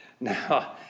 now